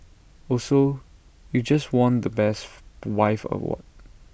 also you just won the best wife award